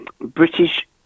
British